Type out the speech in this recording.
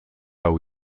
hau